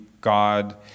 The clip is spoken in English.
God